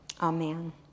Amen